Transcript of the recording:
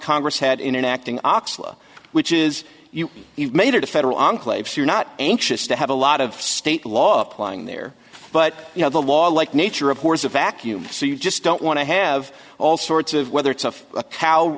congress had in acting oxley which is you you've made it a federal enclave so you're not anxious to have a lot of state law applying there but you know the law like nature abhors a vacuum so you just don't want to have all sorts of whether it's a cow